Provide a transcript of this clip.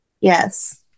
Yes